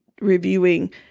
reviewing